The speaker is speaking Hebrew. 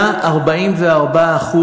היה 44%,